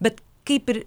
bet kaip ir